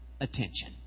attention